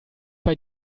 bei